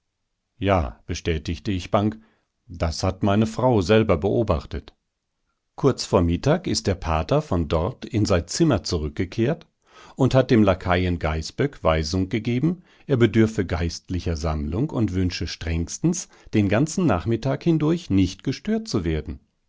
ja bestätigte ich bang das hat meine frau selber beobachtet kurz vor mittag ist der pater von dort in sein zimmer zurückgekehrt und hat dem laquaien gaißböck weisung gegeben er bedürfe geistlicher sammlung und wünsche strengstens den ganzen nachmittag hindurch nicht gestört zu werden